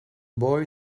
boy